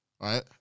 right